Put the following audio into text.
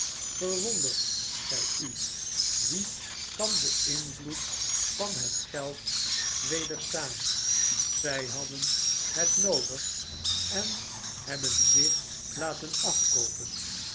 verwondert gij u wie kan den invloed barnaby rudge van het geld wederstaan zij hadden het noodig en hebben zich laten afkoopen